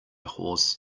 horse